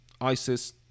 isis